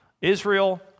Israel